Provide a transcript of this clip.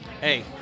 Hey